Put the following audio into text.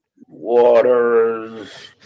waters